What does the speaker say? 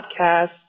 podcast